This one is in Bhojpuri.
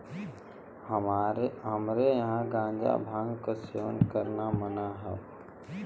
हमरे यहां गांजा भांग क सेवन करना मना हौ